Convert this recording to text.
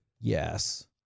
Yes